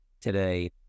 today